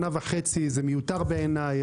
שנה וחצי זה מיותר בעיניי,